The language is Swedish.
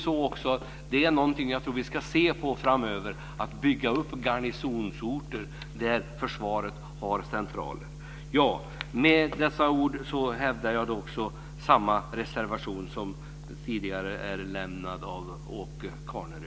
Vi ska framöver se på frågan att bygga upp garnisonsorter för försvaret. Med dessa ord hävdar jag samma reservation som tidigare har lämnats av Åke Carnerö.